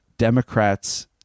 Democrats